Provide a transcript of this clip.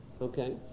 Okay